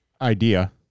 Idea